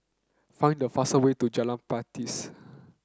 find the fast way to Jalan Pakis